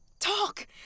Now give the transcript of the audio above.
Talk